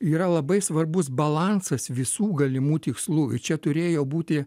yra labai svarbus balansas visų galimų tikslų ir čia turėjo būti